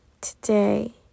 today